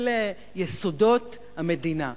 אלה יסודות המדינה.